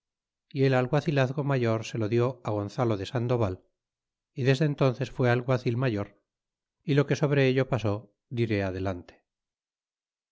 y el alguacilazgo mayor se lo dió gonzalo de sandoval y desde enl onces fud alguacil mayor y lo que sobre ello pasó diré adelante